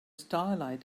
starlight